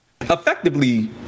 Effectively